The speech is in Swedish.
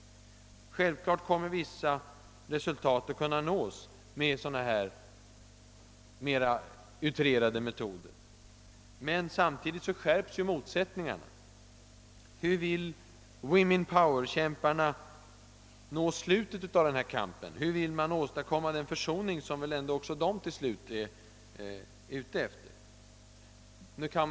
Självfallet kommer man att kunna nå vissa resultat med sådana här mera utrerade metoder, men samtidigt skärps ju motsättningarna. Hur tänker sig Woman Power-kämparna slutet av kampen? Hur vill man åstadkomma den försoning som man väl ändå även på det hållet till slut är ute efter?